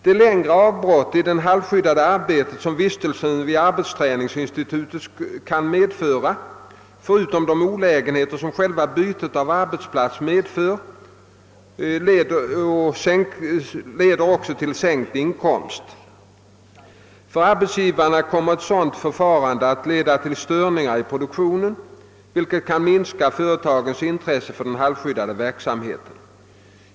De längre avbrott i det halvskyddade arbetet som vistelse vid arbetsträningsinstitut skulle medföra kan, förutom de olägenheter som själva bytet av arbetsplats innebär, också leda till sänkt inkomst m.m. För arbetsgivarna kommer ett sådant förfarande att leda till störningar i produktionen, vilket kan minska företagens intresse för den halvskyddade verksamheten.